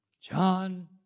John